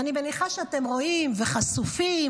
ואני מניחה שאתם רואים וחשופים: